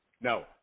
No